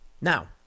Now